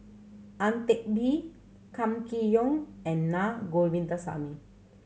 Ang Teck Bee Kam Kee Yong and Naa Govindasamy